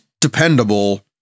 dependable